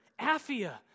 Aphia